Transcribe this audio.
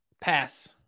Pass